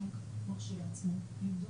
תודה.